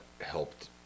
helped